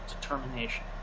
determination